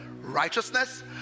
Righteousness